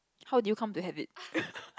how do you come to have it